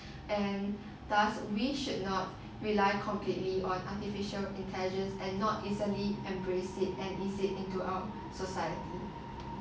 and thus we should not rely completely on artificial intelligence and not instantly embrace it and instead use it throughout our society